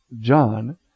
John